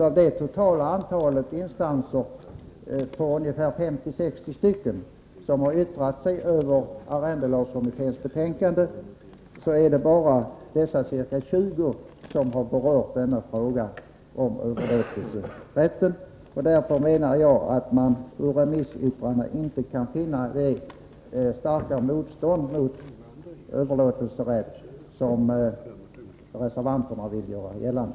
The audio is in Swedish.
Av det totala antalet remissinstanser, 50-60 stycken, som har yttrat sig om arrendelagkommitténs betänkande är det bara dessa ca 20 som har berört frågan om överlåtelserätten. Därför menar jag att man i remissyttrandena inte kan finna det starka motstånd mot överlåtelserätt som reservanterna vill göra gällande.